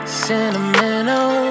sentimental